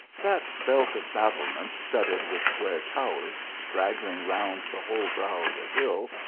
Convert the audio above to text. that belt of battlements studded with square towers, straggling round the whole brow of the hill,